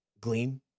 gleam